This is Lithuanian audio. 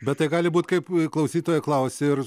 bet tai gali būti kaip klausytoja klausia ir